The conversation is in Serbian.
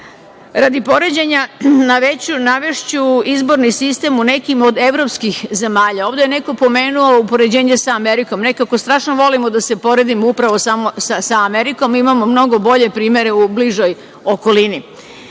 poređenja navešću izborni sistem u nekim od evropskih zemalja. Ovde je neko pomenuo u poređenje sa Amerikom, nekako strašno volimo da se poredimo samo sa Amerikom. Mi imamo mnogo bolje primere u bližoj okolini. Recimo,